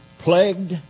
plagued